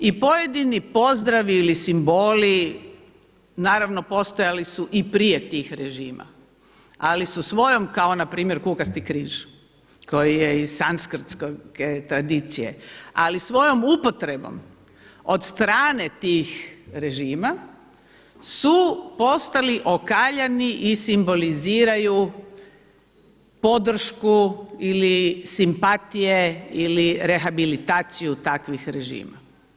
I pojedini pozdravi ili simboli naravno postojali su i prije tih režima, ali su svojom kao na primjer kukasti križ koji je i sanskrtske tradicije ali svojom upotrebom od strane tih režima su postali okaljani i simboliziraju podršku ili simpatije ili rehabilitaciju takvih režima.